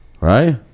right